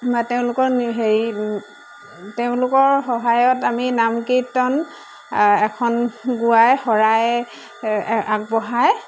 বা তেওঁলোকৰ হেৰি তেওঁলোকৰ সহায়ত আমি নামকীৰ্তন এখন গোৱাই শৰাই আগবঢ়ায়